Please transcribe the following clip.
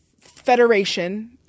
federation